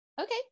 Okay